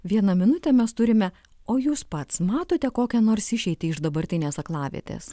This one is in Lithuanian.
vieną minutę mes turime o jūs pats matote kokią nors išeitį iš dabartinės aklavietės